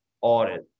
audit